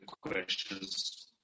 questions